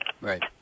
Right